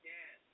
Yes